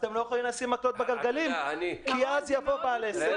אתם לא יכולים לשים מקלות בגלגלים כי אז יבוא בעל עסק,